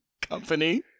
company